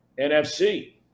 NFC